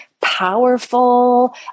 powerful